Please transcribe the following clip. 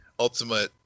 ultimate